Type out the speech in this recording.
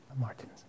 Martins